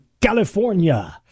california